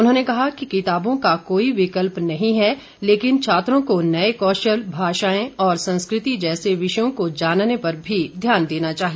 उन्होंने कहा कि किताबों का कोई विकल्प नहीं है लेकिन छात्रों को नए कौशल भाषाएं और संस्कृति जैसे विषयों को जानने पर भी ध्यान देना चाहिए